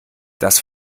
das